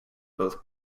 both